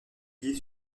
publié